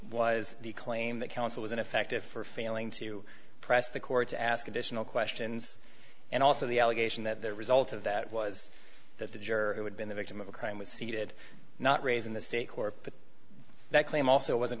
was the claim that counsel was ineffective for failing to press the court's ask additional questions and also the allegation that the result of that was that the juror who had been the victim of a crime was seated not raising the stakes or put that claim also wasn't